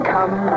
Come